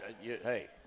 hey